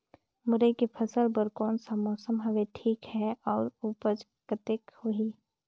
मुरई के फसल बर कोन सा मौसम हवे ठीक हे अउर ऊपज कतेक होही?